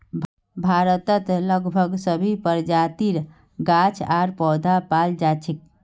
भारतत लगभग सभी प्रजातिर गाछ आर पौधा पाल जा छेक